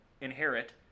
inherit